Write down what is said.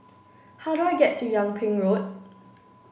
how do I get to Yung Ping Road